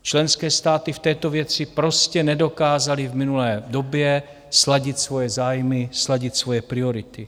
Členské státy v této věci prostě nedokázaly v minulé době sladit svoje zájmy, sladit svoje priority.